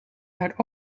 haar